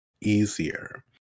easier